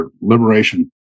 Liberation